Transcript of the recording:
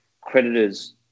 creditors